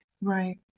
Right